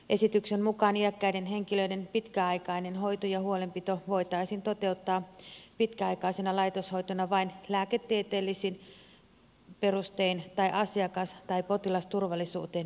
esityksen mukaan iäkkäiden henkilöiden pitkäaikainen hoito ja huolenpito voitaisiin toteuttaa pitkäaikaisena laitoshoitona vain lääketieteellisin perustein tai asiakas tai potilasturvallisuuteen liittyvillä perusteilla